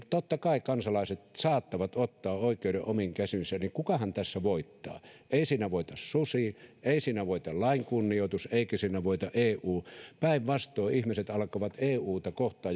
totta kai kansalaiset saattavat ottaa oikeuden omiin käsiinsä ja kukahan tässä voittaa ei siinä voita susi ei siinä voita lain kunnioitus eikä siinä voita eu päinvastoin ihmiset alkavat tuntea ikään kuin ikäviä tuntemuksia euta kohtaan